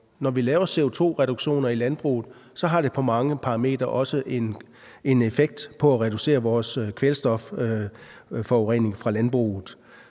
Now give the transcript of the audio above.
Når vi laver CO2-reduktioner i landbruget, har det på mange parametre også en effekt på at reducere vores kvælstofforurening fra landbruget.